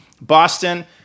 boston